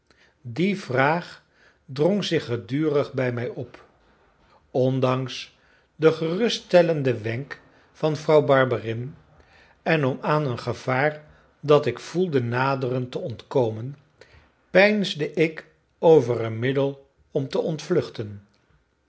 die vraag drong zich gedurig bij mij op ondanks den geruststellenden wenk van vrouw barberin en om aan een gevaar dat ik voelde naderen te ontkomen peinsde ik over een middel om te ontvluchten